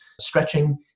stretching